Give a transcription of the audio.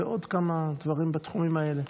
ועוד כמה דברים בתחומים האלה.